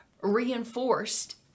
reinforced